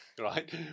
right